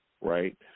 right